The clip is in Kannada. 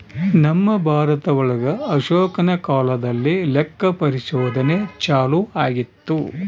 ನಮ್ ಭಾರತ ಒಳಗ ಅಶೋಕನ ಕಾಲದಲ್ಲಿ ಲೆಕ್ಕ ಪರಿಶೋಧನೆ ಚಾಲೂ ಆಗಿತ್ತು